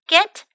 Get